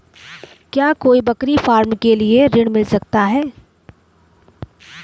क्या कोई बकरी फार्म के लिए ऋण मिल सकता है?